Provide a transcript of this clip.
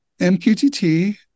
MQTT